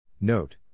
Note